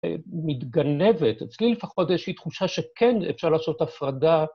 מתגנבת, אצלי לפחות יש לי תחושה שכן אפשר לעשות הפרדה.